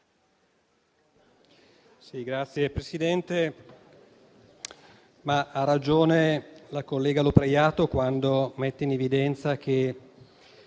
Signora Presidente, ha ragione la collega Lopreiato quando mette in evidenza che